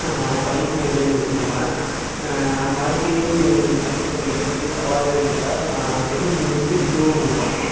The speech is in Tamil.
வணக்கம் என் பெயர் முத்துக்குமார் என் வாழ்க்கையில் சந்தித்த மிக பெரிய சவால்கள் என்றால் நான் டென்த் முடிச்சுட்டு டிப்ளமோ போனேன்